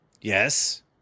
Yes